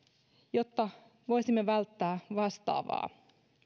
jotta voisimme välttää vastaavaa